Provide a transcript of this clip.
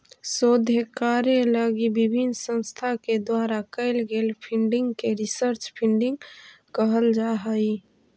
शोध कार्य लगी विभिन्न संस्था के द्वारा कैल गेल फंडिंग के रिसर्च फंडिंग कहल जा हई